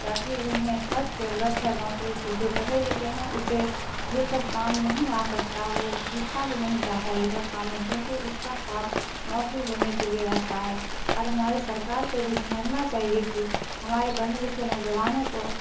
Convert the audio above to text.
تاکہ انہیں سخت ضرورت ہے نوکری کی جو پڑھے لکھے ہیں اسے یہ سب کام نہیں آ سکتا وہ گھستا بھی نہیں چاہتا یہ کام میں کیوں کہ اس کا خواب نوکری لینے کے لیے رہتا ہے اور ہمارے سرکار کو بھی سمجھنا چاہیے کہ ہمارے پڑھے لکھے نوجوانوں کو